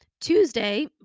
Tuesday